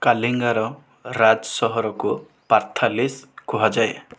କାଲିଙ୍ଗାର ରାଜ ସହରକୁ ପାର୍ଥାଲିସ୍ କୁହାଯାଏ